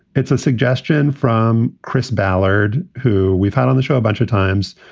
it's a suggestion from chris ballard, who we've had on the show a bunch of times,